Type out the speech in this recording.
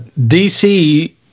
DC